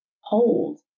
hold